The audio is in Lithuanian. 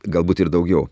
galbūt ir daugiau